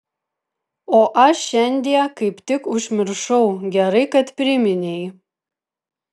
o aš šiandie kaip tik užmiršau gerai kad priminei